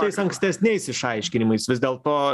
tais ankstesniais išaiškinimais vis dėlto